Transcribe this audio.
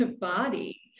body